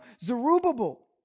Zerubbabel